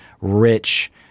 rich